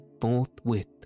forthwith